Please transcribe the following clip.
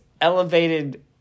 elevated